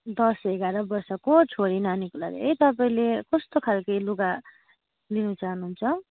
दस एघार वर्षको छोरी नानीको लागि है तपाईँले कस्तो खालके लुगा लिन चाहनुहुन्छ